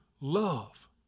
love